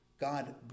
God